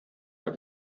bei